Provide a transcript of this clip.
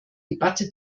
debatte